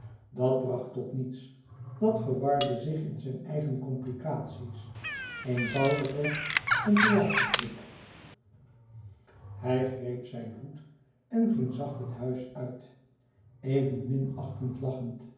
dat bracht tot niets dat verwarde zich in zijn eigen complicaties eenvoudig weg een theatertruc hij greep zijn hoed en ging zacht het huis uit even